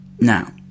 Now